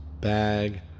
bag